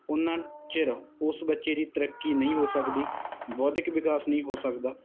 ਉੱਨਾਂ ਚਿਰ ਉਸ ਬੱਚੇ ਦੀ ਤਰੱਕੀ ਨਹੀਂ ਹੋ ਸਕਦੀ ਬੌਧਿਕ ਵਿਕਾਸ ਨਹੀਂ ਹੋ ਸਕਦਾ